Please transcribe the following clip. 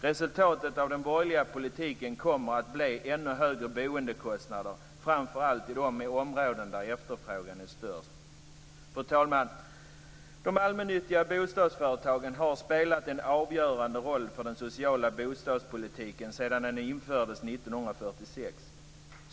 Resultatet av den borgerliga politiken kommer att bli ännu högre boendekostnader framför allt i de områden där efterfrågan är störst. Fru talman! De allmännyttiga bostadsföretagen har spelat en avgörande roll för den sociala bostadspolitiken sedan den infördes 1946.